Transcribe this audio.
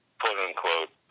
quote-unquote